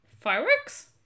Fireworks